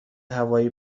هوایی